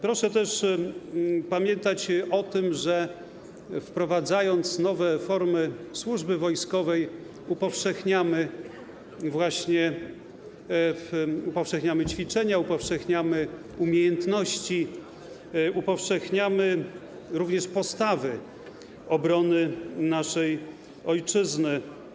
Proszę też pamiętać o tym, że wprowadzając nowe formy służby wojskowej, upowszechniamy właśnie ćwiczenia, upowszechniamy umiejętności, upowszechniamy również postawy obrony naszej ojczyzny.